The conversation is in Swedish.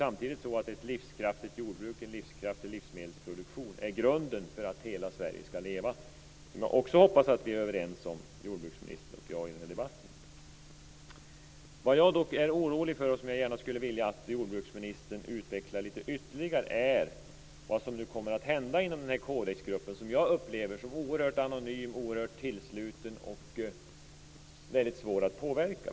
Ett livskraftigt jordbruk och en livskraftig livsmedelsproduktion är samtidigt grunden för att hela Sverige skall leva, som jag också hoppas att jordbruksministern och jag är överens om i denna debatt. Vad jag dock är orolig för, och vad jag gärna skulle vilja att jordbruksministern utvecklar ytterligare, är vad som nu kommer att hända inom Codexgruppen, som jag upplever som oerhört anonym och tillsluten och väldigt svår att påverka.